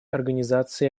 организации